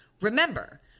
Remember